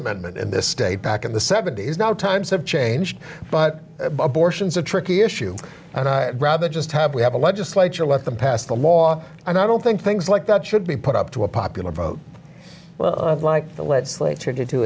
amendment in this state back in the seventy's now times have changed but abortions are tricky issue and i rather just have we have a legislature let them pass the law and i don't think things like that should be put up to a popular vote well like the legislature d